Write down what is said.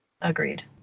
agreed